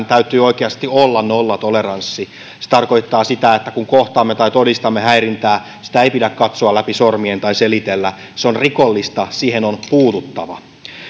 täytyy oikeasti olla nollatoleranssi se tarkoittaa sitä että kun kohtaamme tai todistamme häirintää sitä ei pidä katsoa läpi sormien tai selitellä se on rikollista siihen on puututtava